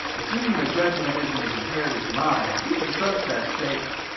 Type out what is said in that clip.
assuming their judgment isn't as impaired as mine, we can trust that statement.